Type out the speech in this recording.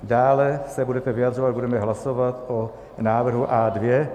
Dále se budete vyjadřovat, budeme hlasovat o návrhu A2.